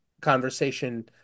conversation